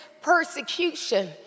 persecution